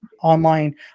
online